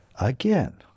again